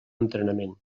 entrenament